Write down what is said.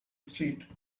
street